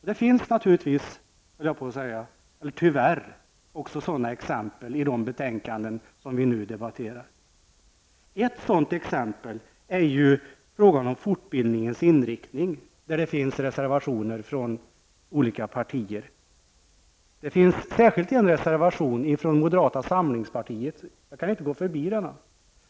Det finns naturligtvis -- höll jag på att säga -- eller tyvärr sådana exempel också i de betänkanden som vi nu debatterar. Ett sådant exempel är frågan om fortbildningens inriktning. Där finns det reservationer från olika partier. Det finns särskilt en reservation från moderata samlingspartiet. Jag kan inte gå förbi den.